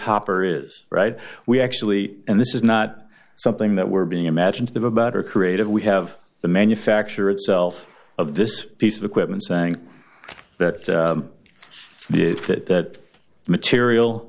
hopper is right we actually and this is not something that we're being imaginative about or creative we have the manufacture itself of this piece of equipment saying that the that material